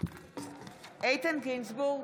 איתן גינזבורג,